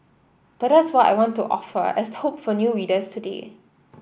but that's what I want to offer as hope for new writers today